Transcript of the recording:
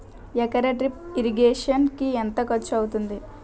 ఎకర drip irrigation కి ఎంత ఖర్చు అవుతుంది?